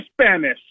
Spanish